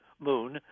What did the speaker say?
moon